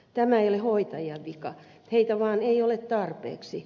tämä ei ole hoitajien vika heitä vaan ei ole tarpeeksi